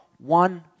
one